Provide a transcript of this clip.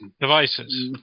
devices